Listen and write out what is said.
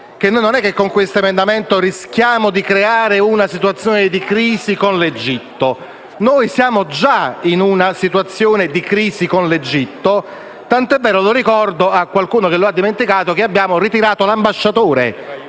non è che con questo emendamento rischiamo di creare una situazione di crisi con l'Egitto: noi siamo già in una situazione di crisi con l'Egitto, tanto è vero che ‑ lo ricordo a qualcuno che lo ha dimenticato ‑ abbiamo ritirato l'ambasciatore.